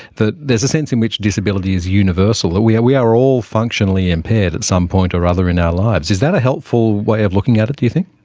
that there's a sense in which disability is universal, that we are we are all functionally impaired at some point or other in our lives. is that a helpful way of looking at it, do you think?